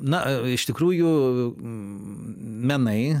na iš tikrųjų menai